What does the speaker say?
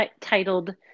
titled